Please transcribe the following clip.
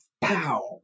Pow